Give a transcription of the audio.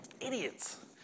Idiots